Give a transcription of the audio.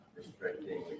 restricting